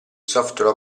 software